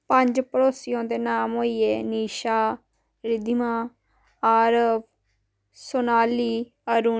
पंज पड़ोसियें दे नांऽ होई गे निशा रिद्धमा आरव सोनाली अरूण